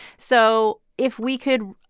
so if we could,